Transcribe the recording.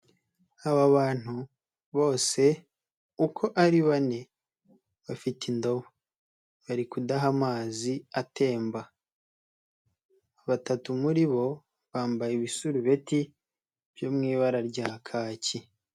Aba bantu bose uko ari bane bafite indobo bari kudaha amazi atemba, batatu muri bo bambaye ibisurubeti byo mu ibara rya kaki.